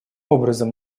образом